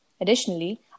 Additionally